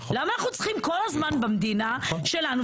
למה אנחנו צריכים כל הזמן במדינה שלנו,